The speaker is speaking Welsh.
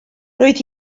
roedd